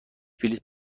بلیط